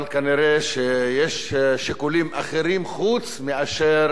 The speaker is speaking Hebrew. אבל נראה שיש שיקולים אחרים חוץ מאשר